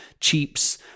cheaps